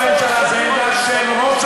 לא, זו לא עמדה של הממשלה, זו עמדה של ראש הממשלה.